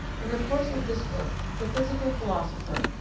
in the course of this work, the physical philosopher,